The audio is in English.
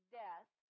death